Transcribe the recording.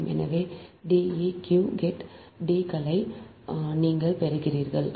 எனவே Deq get D களையும் நீங்கள் பெற்றுள்ளீர்கள்